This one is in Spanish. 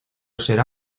será